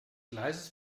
gleises